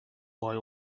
boy